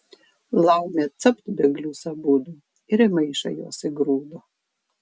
laumė capt bėglius abudu ir į maišą juos įgrūdo